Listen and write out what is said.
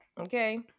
okay